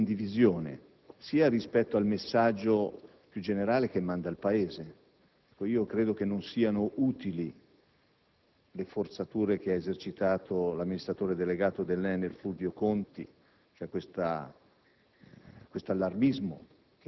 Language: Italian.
ha detto. Soddisfazione e condivisione rispetto al messaggio più generale che manda al Paese. Credo che non siano utili le forzature che ha esercitato l'amministratore delegato dell'ENEL Fulvio Conti,